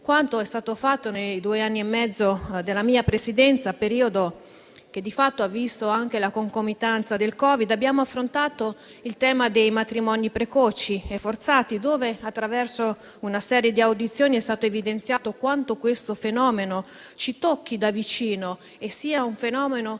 quanto è stato fatto nei due anni e mezzo della mia Presidenza (periodo che di fatto ha visto anche la concomitanza del Covid), abbiamo affrontato il tema dei matrimoni precoci e forzati: attraverso una serie di audizioni è stato evidenziato quanto questo fenomeno ci tocchi da vicino e sia altamente